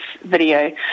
video